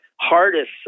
hardest